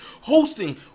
hosting